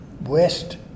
west